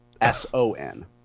S-O-N